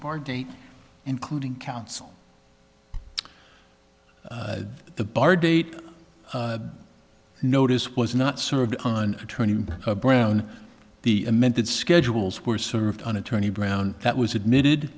bar date including counsel the bar date notice was not served on attorney brown the amended schedules were served on attorney brown that was admitted